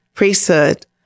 priesthood